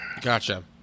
Gotcha